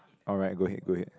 alright go ahead go ahead